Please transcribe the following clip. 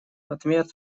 ответ